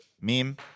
meme